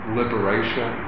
liberation